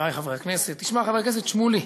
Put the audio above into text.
חברי חברי הכנסת, תשמע, חבר הכנסת שמולי,